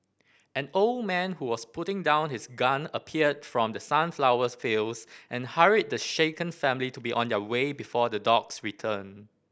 an old man who was putting down his gun appeared from the sunflowers fields and hurried the shaken family to be on their way before the dogs return